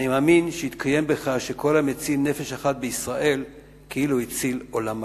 אני מאמין שיתקיים בך שכל המציל נפש אחת בישראל כאילו הציל עולם מלא.